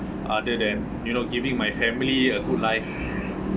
other than you know giving my family a good life